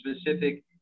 specific